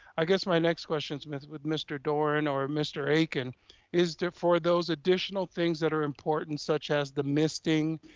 i guess my next question is with with mr. doran or mr. akin is for those additional things that are important such as the misting,